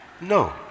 No